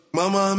mama